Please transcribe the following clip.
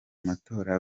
matora